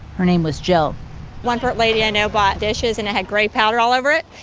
her name was jill one poor lady i know bought dishes and it had gray powder all over it,